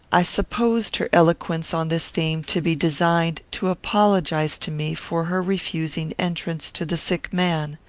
i supposed her eloquence on this theme to be designed to apologize to me for her refusing entrance to the sick man.